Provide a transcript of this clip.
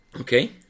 Okay